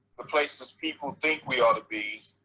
the places people think we ought to be,